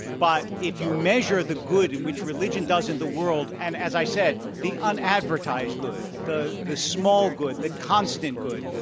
but if you measure the good in which religion does in the world and, as i said, the unadvertised good, the the small good, the constant good,